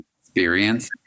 experience